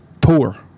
poor